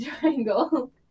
triangle